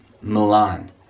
Milan